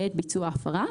בעת ביצוע ההפרה,